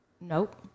Nope